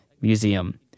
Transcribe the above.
Museum